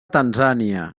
tanzània